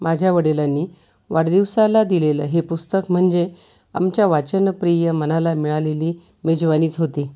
माझ्या वडिलांनी वाढदिवसाला दिलेलं हे पुस्तक म्हणजे आमच्या वाचनप्रिय मनाला मिळालेली मेजवानीच होती